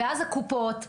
ואז הקופות רודפות,